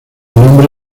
nombre